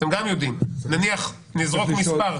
נניח נזרוק מספר,